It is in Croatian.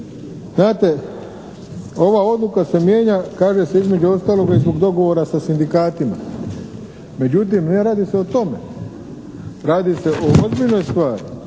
Znate, ova odluka se mijenja kaže se između ostaloga i zbog dogovora sa sindikatima. Međutim, ne radi se o tome. Radi se o ozbiljnoj stvari.